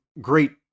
great